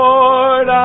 Lord